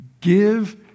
give